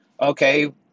okay